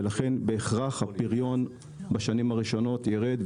ולכן בהכרח הפריון בשנים הראשונות ירד,